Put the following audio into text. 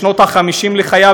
בשנות ה-50 לחייו.